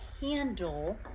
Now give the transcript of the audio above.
handle